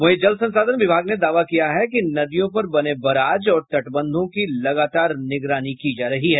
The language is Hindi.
वहीं जल संसाधन विभाग ने दावा किया है कि नदियों पर बने बराज और तटबंधों की लगातार निगरानी की जा रही है